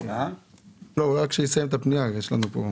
נמצא כאן